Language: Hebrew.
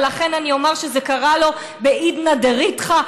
ולכן אני אומר שזה קרה לו בעידנא דריתחא,